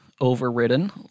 overridden